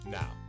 now